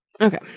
Okay